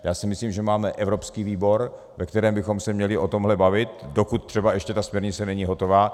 Já si myslím, že máme evropský výbor, ve kterém bychom se měli o tomhle bavit, dokud třeba ještě ta směrnice není hotová.